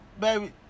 Baby